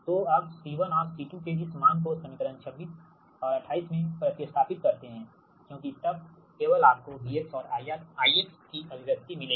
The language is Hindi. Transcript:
तो अब C1 और C2 के इस मान को समीकरण 26 और 28 में प्रति स्थापित करते है क्योंकि तब केवल आपको V और I की अभिव्यक्ति मिलेगी